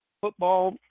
football